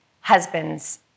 husbands